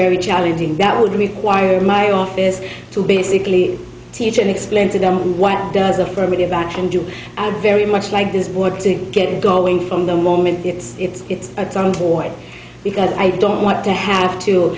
very challenging that would require my office to basically teach and explain to them what does affirmative action do and very much like this board to get going from the moment it's it's it's it's on for it because i don't want to have to